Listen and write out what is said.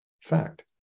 fact